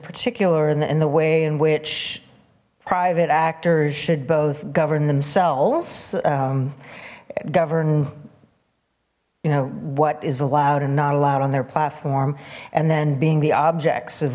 particular in the in the way in which private actors should both govern themselves govern you know what is allowed and not allowed on their platform and then being the objects